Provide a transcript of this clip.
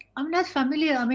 i'm not familiar, i mean